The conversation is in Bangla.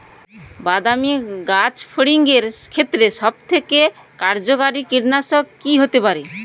বাদামী গাছফড়িঙের ক্ষেত্রে সবথেকে কার্যকরী কীটনাশক কি হতে পারে?